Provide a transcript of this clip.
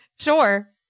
sure